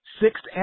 sixth